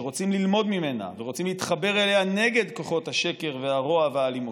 שרוצים ללמוד ממנה ורוצים להתחבר אליה נגד כוחות השקר והרוע והאלימות,